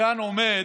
כאן עומד,